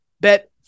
bet